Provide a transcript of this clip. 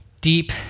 deep